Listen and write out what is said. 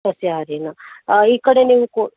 ಸಸ್ಯಹಾರಿನ ಈ ಕಡೆ ನೀವು ಕೊ